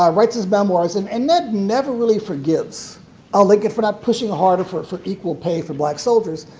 um writes his memoirs, and and ned never really forgives ah lincoln for not pushing harder for for equal pay for black soldiers.